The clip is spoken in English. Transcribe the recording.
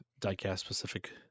diecast-specific